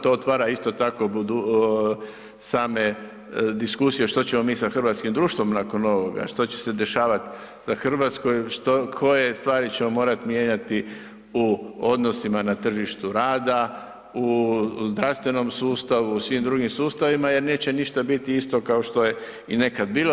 To otvara isto tako same diskusije što ćemo mi sa hrvatskim društvom nakon ovoga, što se će se dešavat sa RH, što, koje stvari ćemo morat mijenjati u odnosima na tržištu rada, u zdravstvenom sustavu i svim drugim sustavima jer neće ništa biti isto kao što je i nekad bilo.